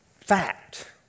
fact